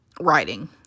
writing